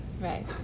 Right